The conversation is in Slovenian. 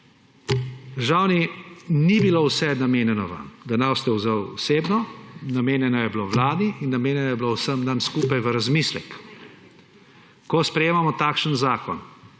Državni, ni bilo vse namenjeno vam, da ne boste vzeli osebno. Namenjeno je bilo vladi in namenjeno je bilo vsem nam skupaj v razmislek, ko sprejemamo takšen zakon,